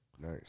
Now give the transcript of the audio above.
Nice